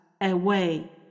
away